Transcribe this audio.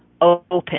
open